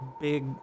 big